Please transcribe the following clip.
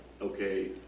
okay